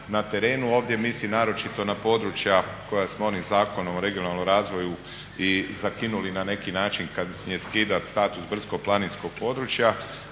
na terenu. Ovdje mislim naročito na područja koja smo onim Zakonom o regionalnom razvoju i zakinuli na neki način kad je skidat status brdsko-planinskog područja,